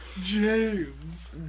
James